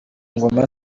ngoma